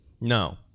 No